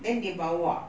then they bawa